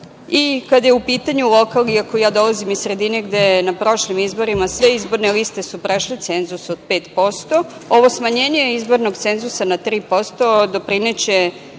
je u pitanju lokal, mada ja dolazim iz sredine gde je na prošlim izborima, sve izborne liste su prešle cenzus od 5%, a ovo smanjenje izbornog cenzusa na 3%, doprineće